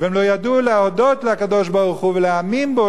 והם לא ידעו להודות לקדוש-ברוך-הוא ולהאמין בו,